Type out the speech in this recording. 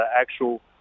actual